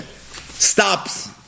stops